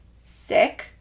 sick